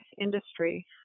industry